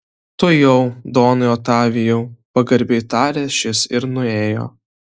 tuojau donai otavijau pagarbiai tarė šis ir nuėjo